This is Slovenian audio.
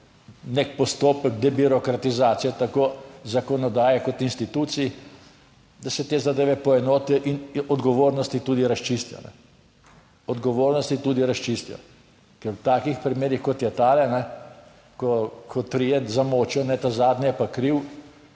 nek postopek debirokratizacije tako zakonodaje kot institucij, da se te zadeve poenotijo in odgovornosti tudi razčistijo, odgovornosti tudi razčistijo. Ker v takih primerih, kot je tale, ko trije zamolčijo, ta zadnji je pa kriv,